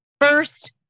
first